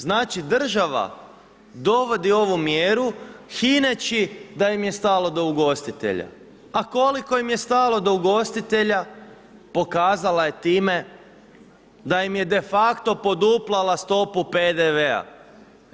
Znači država, dovodi ovu mjeri hineći da im je stalo do ugostitelja, a koliko im je stalo do ugostitelja, pokazala je time, da im je de facto poduplala stopu PDV-a.